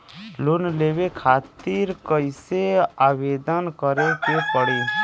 Loan लेवे खातिर कइसे आवेदन करें के पड़ी?